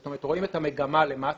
זאת אומרת, רואים את המגמה למטה.